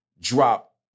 drop